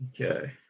Okay